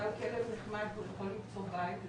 אולי הוא כלב נחמד והוא יכול למצוא בית,